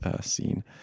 scene